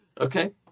Okay